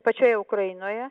pačioje ukrainoje